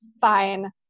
fine